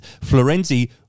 Florenzi